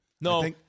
no